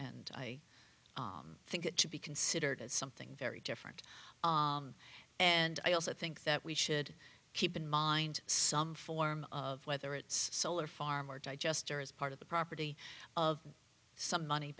and i think it to be considered as something very different and i also think that we should keep in mind some form of whether it's solar farm or digester as part of the property of some money